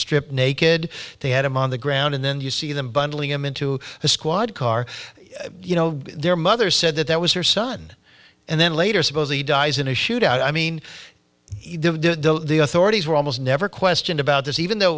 stripped naked they had him on the ground and then you see them bundling him into a squad car you know their mother said that that was her son and then later suppose he dies in a shootout i mean the authorities were almost never questioned about this even though